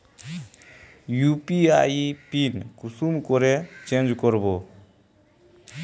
UPI pin कुंसम करे change करबो?